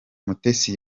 mutesi